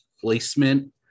placement